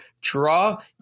draw